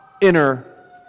inner